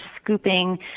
scooping